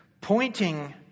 pointing